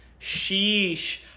Sheesh